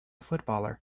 footballer